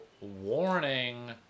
warning